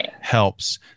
helps